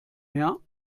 mehr